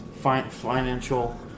financial